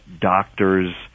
doctors